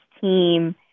team